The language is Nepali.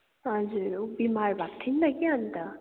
हजुर ऊ बिमार भएको थियो नि त अनि त